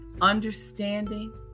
understanding